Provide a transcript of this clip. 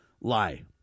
lie